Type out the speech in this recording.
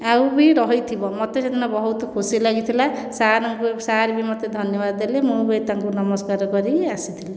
ଆଉ ବି ରହିଥିବ ମୋତେ ସେ ଦିନ ବହୁତ ଖୁସି ଲାଗିଥିଲା ସାର୍ ଙ୍କୁ ସାର୍ ବି ମୋତେ ଧନ୍ୟବାଦ ଦେଲେ ମୁଁ ବି ତାଙ୍କୁ ନମସ୍କାର କରି ଆସିଥିଲି